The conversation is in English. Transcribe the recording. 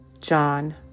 John